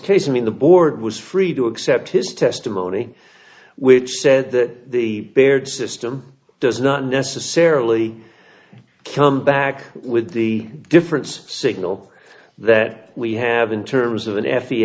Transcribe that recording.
case in the board was free to accept his testimony which said that the baird system does not necessarily come back with the difference signal that we have in terms of an f e